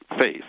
faith